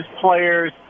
players